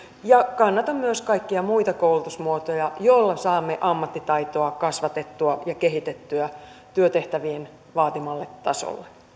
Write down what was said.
ja kannatan myös kaikkia muita koulutusmuotoja joilla saamme ammattitaitoa kasvatettua ja kehitettyä työtehtävien vaatimalle tasolle